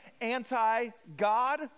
anti-god